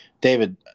David